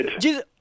Jesus